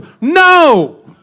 No